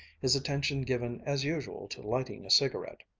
his attention given as usual to lighting a cigarette.